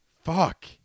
Fuck